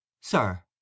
Sir